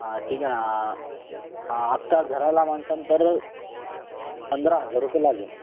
हां ठीक आहे ना आत्ता घराला म्हणसान तर पंधरा हजार रुपये लागेल